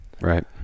Right